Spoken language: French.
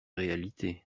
réalités